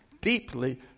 deeply